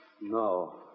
No